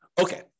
Okay